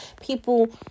People